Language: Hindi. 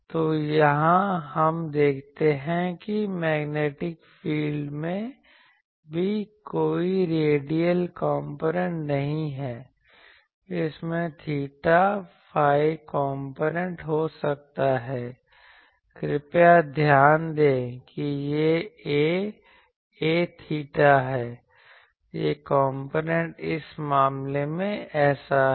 तो यहाँ हम देखते हैं कि मैग्नेटिक फील्ड में भी कोई रेडियल कॉम्पोनेंट नहीं है इसमें theta phi कॉम्पोनेंट हो सकता है कृपया ध्यान दें कि यह a A𝚹 है यह कॉम्पोनेंट इस मामले में ऐसा है